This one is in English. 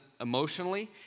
emotionally